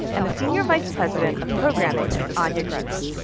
and the senior vice president of programming is anya grundmann.